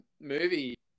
movie